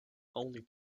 only